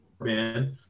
man